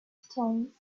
stones